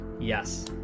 Yes